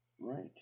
right